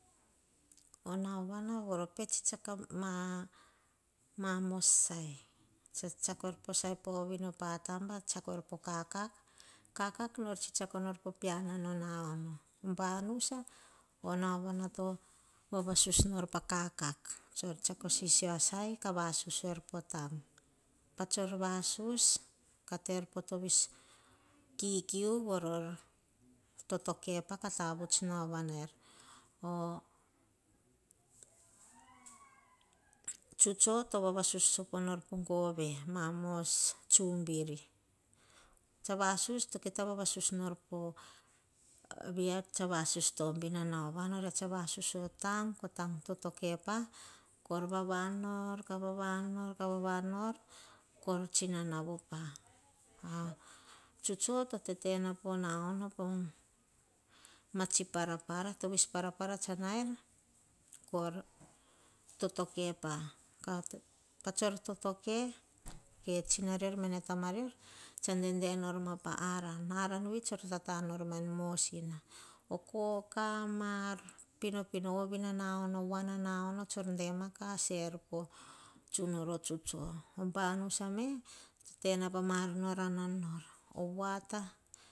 Oh nauvana voro poh tsetsako mamos sai tsiako er pa ovina pataba. Tsiako poh kakak. Kakak nor tsetsako poh pianono na ono. Oh banusa to vavana susnor pa kakak, tsor tsiako sisio asai kah vasus er. Pa tsor vasus, kah te er poh tavis kikiu totoki kah tavuts nauva na er. Koh tsutso to vava sus sopo noi poh gove koh mos tsubiri. Bon tsor va sus oria tsa kita vasus tabun a nauvana oria tsa vusus oh tang totokepa. Koi vavan nor, ka vavan an nor kah vava-an nor. Koi tsino navopa. Tsutso to tete nor po na-ono. Pa matsi parapara. Tovis parapara tsa naier. Ko toto kepa pah tsor totoke. Pah tsor totoke, tsina rior tsa dede kama nama peor pah aran. Vei tsor tata nor ma een mosina. Hokoki ama ar pinopino ovina na-ono voa na-na ono. Dema ka seir poh tsunaro tsutso. Oh banusa me to tena ma ar. Nor anan nol